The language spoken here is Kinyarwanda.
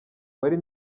wari